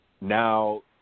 Now